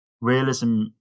realism